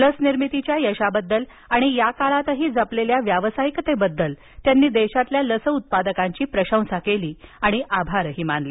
लस निर्मितीच्या यशाबद्दल आणि या काळातही जपलेल्या व्यावसायिकतेबद्दल त्यांनी देशातील लस उत्पादकांची प्रशंसा केली आणि आभारही मानले